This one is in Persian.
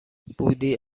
بودی